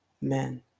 men